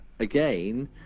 Again